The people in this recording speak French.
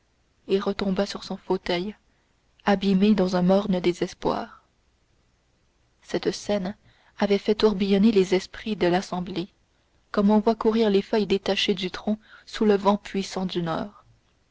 et retomba sur son fauteuil abîmé dans un morne désespoir cette scène avait fait tourbillonner les esprits de l'assemblée comme on voit courir les feuilles détachées du tronc sous le vent puissant du nord